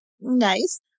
nice